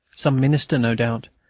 some minister, no doubt,